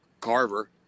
carver